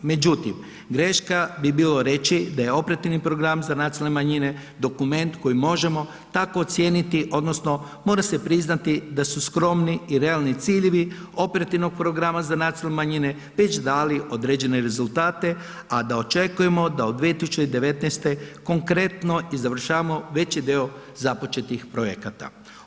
Međutim greška bi bilo reći da je operativni program za nacionalne manjine dokument koji možemo tako ocijeniti, odnosno mora se priznati da su skromni i realni ciljevi operativnog programa za nacionalne manjine već dali određene rezultate a da očekujemo da od 2019. konkretno i završavamo veći dio započetih projekata.